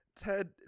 Ted